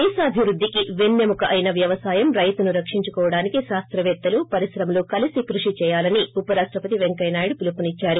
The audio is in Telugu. దేశాభివృద్దికి వెన్నె ముక అయిన వ్యవసాయం రైతును రక్షించుకోవడానికి శాస్తవేత్తలు పరిశ్రమలు కలిసి కృషి చేయాలని ఉపరాష్టపతి వెంకయ్యనాయుడు అన్నారు